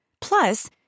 Plus